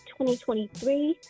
2023